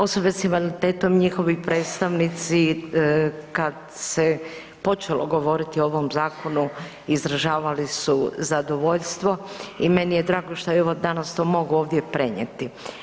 Osobe sa invaliditetom, njihovi predstavnici kad se počelo govoriti o ovom zakonu izražavali su zadovoljstvo i meni je drago što evo danas to mogu ovdje prenijeti.